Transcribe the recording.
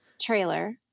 trailer